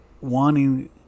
wanting